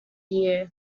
year